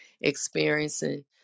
experiencing